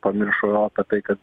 pamiršo apie tai kad